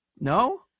No